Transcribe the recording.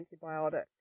antibiotic